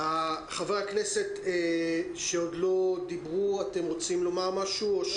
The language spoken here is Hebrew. חברי הכנסת שעוד לא דיברו, אתם רוצים לומר משהו?